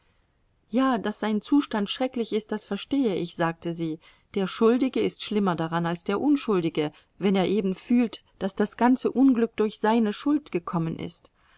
ja daß sein zustand schrecklich ist das verstehe ich sagte sie der schuldige ist schlimmer daran als der unschuldige wenn er eben fühlt daß das ganze unglück durch seine schuld gekommen ist